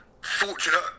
fortunate